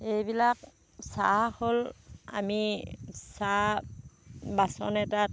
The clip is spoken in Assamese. এইবিলাক চাহ হ'ল আমি চাহ বাচন এটাত